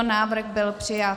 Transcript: Návrh byl přijat.